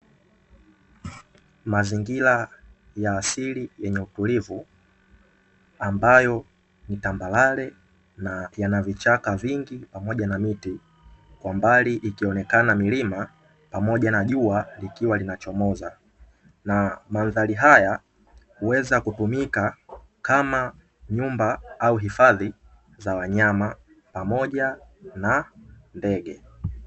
Mazingira ya asili yenye utulivu ambayo ni tambarare na yana vichaka vingi, pamoja na miti kwa mbali, ikionekana milima, pamoja na jua likiwa linachomoza, na mandhari haya kuweza kutumika kama nyumba au hifadhi za wanyama pamoja na ndege.